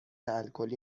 الکلی